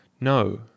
No